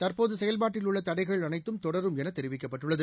தற்போது செயல்பாட்டில் உள்ள தடைகள் அனைத்தும் தொடரும் என தெரிவிக்கப்பட்டுள்ளது